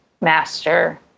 master